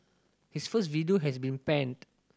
his first video has been panned